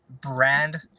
brand